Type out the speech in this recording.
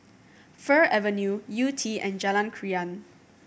Fir Avenue Yew Tee and Jalan Krian